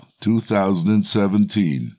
2017